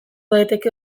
daiteke